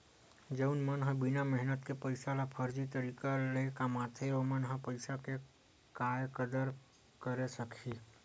जउन मन ह बिना मेहनत के पइसा ल फरजी तरीका ले कमाथे ओमन ह पइसा के काय कदर करे सकही